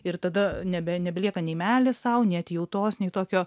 ir tada nebe nebelieka nei meilės sau nei atjautos nei tokio